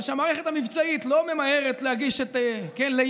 שהמערכת המבצעית לא ממהרת לייעץ,